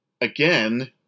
again